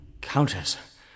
Countess